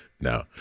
No